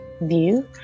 view